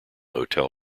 hotel